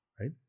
right